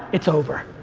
it's over.